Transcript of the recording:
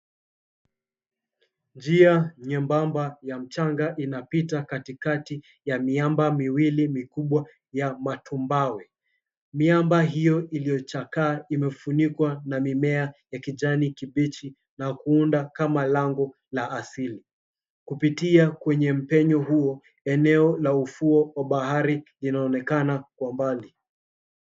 Njia nyembamba ya mchanga inapita katikati ya miamba miwili mikubwa ya mawe. Miamba hio iliyochakaa imefunikwa na mimea ya kijani kibichi na kuunda kama lango asili. Kupitia kwenye mpenyo huo eneo la ubahari linaonekana kwa mbali.